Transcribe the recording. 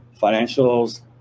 financials